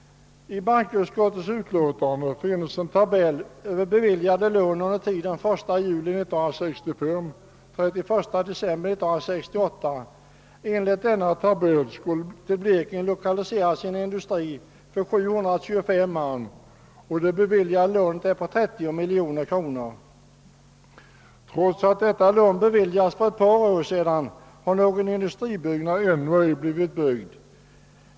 I bankoutskottets utlåtande finns en tabell över beviljade lån under tiden 1 juli 1965—31 december 1968. Enligt denna tabell skulle till Blekinge lokaliseras en industri för 725 man, och det beviljade lånet är på 30 miljoner kronor. Trots att detta lån beviljades för ett par år sedan har någon industribyggnad ännu ej blivit uppförd.